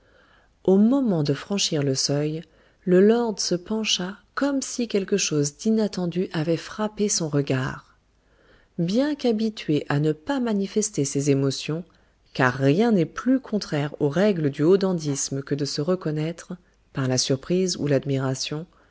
au moment de franchir le seuil le lord se pencha comme si quelque chose d'inattendu avait frappé son regard bien qu'habitué à ne pas manifester ses émotions car rien n'est plus contraire aux règles du haut dandysme que de se reconnaître par la surprise ou l'admiration